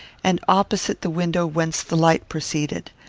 and opposite the window whence the light proceeded.